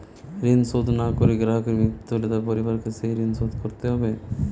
ঋণ শোধ না করে গ্রাহকের মৃত্যু হলে তার পরিবারকে সেই ঋণ শোধ করতে হবে?